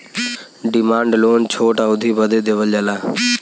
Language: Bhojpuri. डिमान्ड लोन छोट अवधी बदे देवल जाला